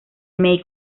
may